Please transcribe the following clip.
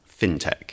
fintech